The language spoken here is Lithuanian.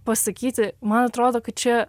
pasakyti man atrodo kad čia